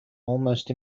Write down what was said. almost